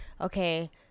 okay